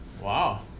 Wow